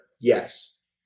Yes